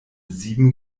sieben